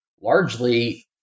largely